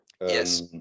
Yes